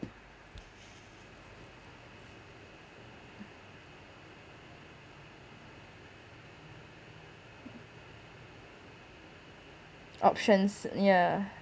options yeah